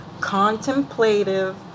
contemplative